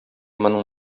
моның